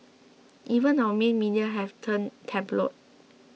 even our main media have turned tabloid